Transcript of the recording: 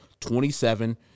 27